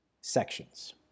sections